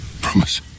promise